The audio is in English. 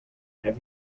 have